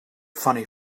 funny